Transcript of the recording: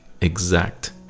exact